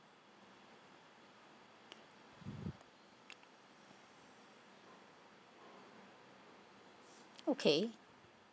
okay